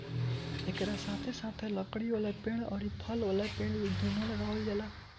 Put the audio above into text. एकरा साथे साथे लकड़ी वाला पेड़ अउरी फल वाला पेड़ दूनो लगावल जाला